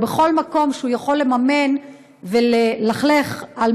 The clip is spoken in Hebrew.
ובכל מקום שהוא יכול לממן וללכלך על